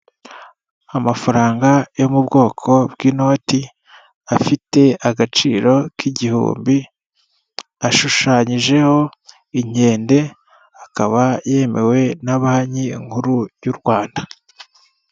Amafaranga yo mu bwoko bw'inoti, afite agaciro k'igihumbi, ashushanyijeho inkende, akaba yemewe na Banki Nkuru y'u Rwanda.